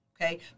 Okay